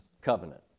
covenant